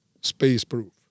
space-proof